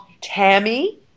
Tammy